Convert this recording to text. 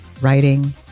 writing